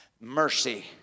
Mercy